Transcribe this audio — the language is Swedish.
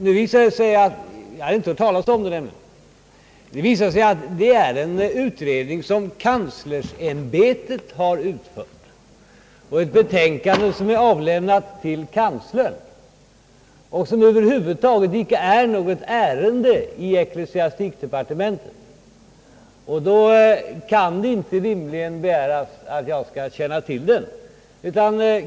Jag hade inte ens hört talas om den — och det visar sig att betänkandet är avlämnat till universitetskanslern och över huvud taget icke är något ärende i utbildningsdepartementet. Då kan det inte rimligen begäras att jag skall känna till den.